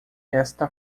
esta